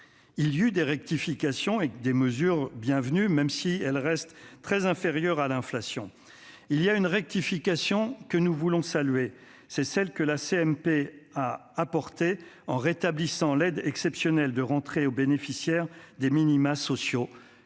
Il y eut des rectifications et des mesures bienvenues, même si elles restent très inférieures à l'inflation. Ainsi, nous saluons une rectification, celle que la CMP a apportée en rétablissant l'aide exceptionnelle de rentrée pour les bénéficiaires des minima sociaux.